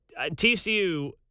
TCU